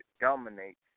dominates